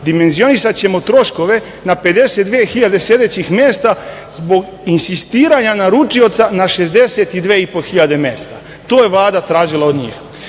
dimenzionisaćemo troškove na 52.000 sedećih mesta zbog insistiranja naručioca na 62.500 mesta. To je Vlada tražila od njih.Zašto